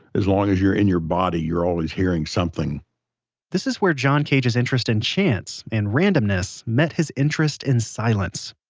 as long as you're in your body, you're always hearing something this is where john cage's interest in chance and randomness met his interest in silence.